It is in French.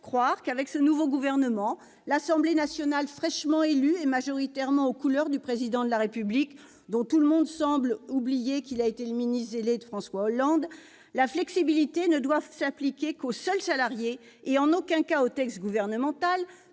croire qu'avec ce nouveau gouvernement, avec l'Assemblée nationale fraîchement élue et majoritairement aux couleurs du Président de la République, dont tout le monde feint d'avoir oublié qu'il a été un ministre zélé de François Hollande, la flexibilité ne doit s'appliquer qu'aux seuls salariés, en aucun cas au texte gouvernemental